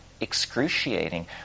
excruciating